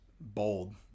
Bold